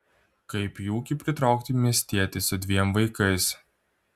kaip į ūkį pritraukti miestietį su dviem vaikais